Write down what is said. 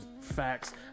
Facts